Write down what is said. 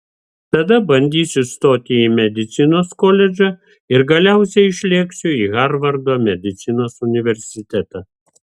tada bandysiu stoti į medicinos koledžą ir galiausiai išlėksiu į harvardo medicinos universitetą